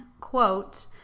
quote